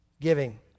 giving